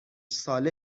ساله